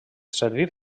servir